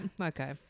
Okay